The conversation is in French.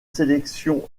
sélections